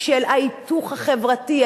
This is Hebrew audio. של ההיתוך החברתי,